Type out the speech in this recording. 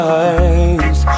eyes